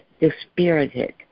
dispirited